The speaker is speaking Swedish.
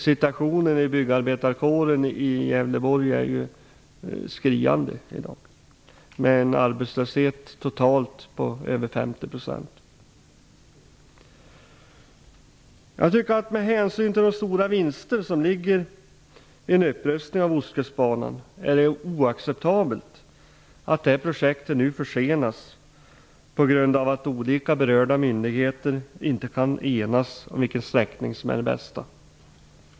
Situationen för byggarbetarkåren i Gävleborg är i dag skriande -- man har en arbetslöshet på över Med hänsyn till de stora vinster som ligger i en upprustning av Ostkustbanan är det oacceptabelt att det projektet nu försenas på grund av att olika berörda myndigheter inte kan enas om vilken sträckning som är den bästa.